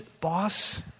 boss